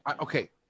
Okay